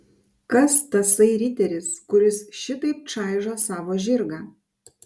kas tasai riteris kuris šitaip čaižo savo žirgą